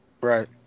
right